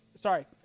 Sorry